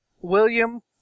William